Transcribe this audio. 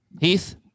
Heath